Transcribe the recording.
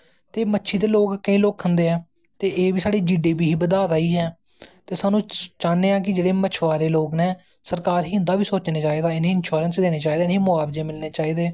ते मच्छी ते केंई लोग खंदे ऐं ते एह् बी साढ़ी जी डी पी गी बधा दा गै ऐ ते स्हानू चाह्न्ने आं कि जेह्ड़े मछवारे लोग नै सरकार गी इंदा बी सोचनां चाही दा इंशोरैंस देनां चाही दा इनेंगी मोआबजे मिलनें चाही दे